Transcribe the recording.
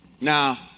Now